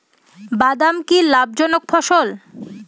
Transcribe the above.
বাদাম কি লাভ জনক ফসল?